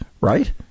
right